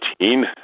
18